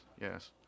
Yes